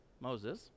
Moses